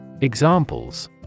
Examples